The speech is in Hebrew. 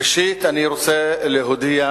תוריד אותו.